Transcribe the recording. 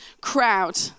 crowd